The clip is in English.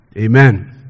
Amen